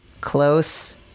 close